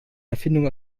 erfindung